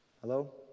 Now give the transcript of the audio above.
hello